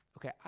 Okay